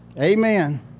Amen